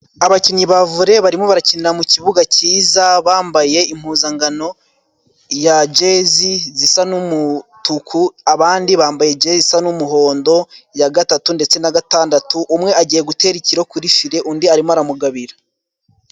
Abakinnyi ba vole barimo bakinira mu kibuga cyiza bambaye impuzangano ya jezi zisa n'umutuku abandi bambaye jezi zisa n'umuhondo ya gatatu ndetse na gatandatu umwe agiye gutera ikiro kuri file , undi arimo aramugabira.